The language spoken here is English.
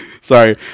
sorry